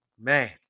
man